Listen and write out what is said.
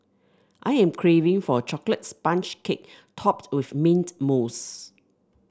I am craving for a chocolate sponge cake topped with mint mousse